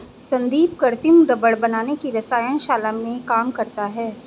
संदीप कृत्रिम रबड़ बनाने की रसायन शाला में काम करता है